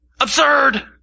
Absurd